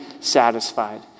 satisfied